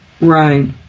Right